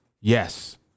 Yes